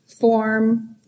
form